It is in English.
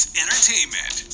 entertainment